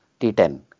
T10